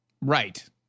right